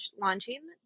launching